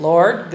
Lord